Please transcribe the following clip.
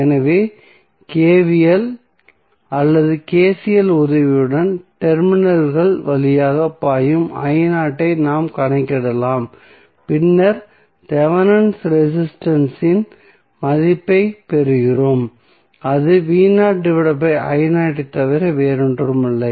எனவே KVL அல்லது KCL உதவியுடன் டெர்மினல்கள் வழியாக பாயும் ஐ நாம் கணக்கிடலாம் பின்னர் தெவெனின் ரெசிஸ்டன்ஸ் இன் மதிப்பைப் பெறுகிறோம் அது ஐத் தவிர வேறொன்றுமில்லை